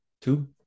two